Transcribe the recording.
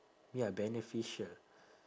ya beneficial